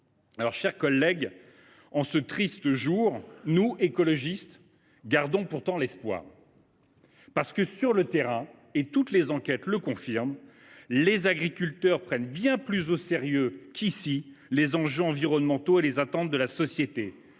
Mes chers collègues, en ce triste jour, nous, écologistes, gardons pourtant espoir. Parce que, sur le terrain – et toutes les enquêtes le confirment –, les agriculteurs prennent bien plus au sérieux qu’ici les enjeux environnementaux et les attentes de la société,